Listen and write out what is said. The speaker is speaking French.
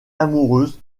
amoureuses